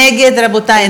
מי נגד, רבותי?